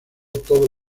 todos